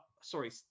sorry